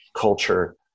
culture